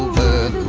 the